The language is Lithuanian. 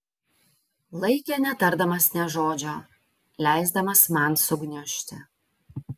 laikė netardamas nė žodžio leisdamas man sugniužti